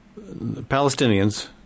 Palestinians